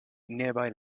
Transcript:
nearby